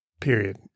period